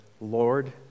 Lord